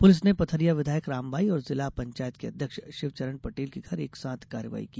police ने पथरिया विधायक रामबाई और जिला पंचायत के अध्यक्ष शिवचरण पटेल के घर एक साथ कार्रवाई की